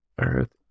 Earth